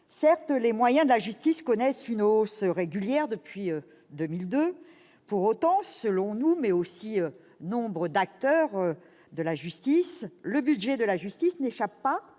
Certes, les moyens de la justice connaissent une hausse régulière depuis 2002. Pour autant, selon nous, mais c'est aussi l'avis de nombre d'acteurs du secteur, le budget de la justice n'échappe pas